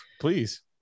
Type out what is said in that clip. please